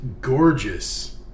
gorgeous